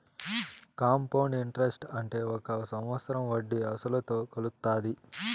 compound interest అంటే ఒక సంవత్సరం వడ్డీ అసలుతో కలుత్తాది